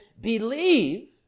believe